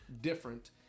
different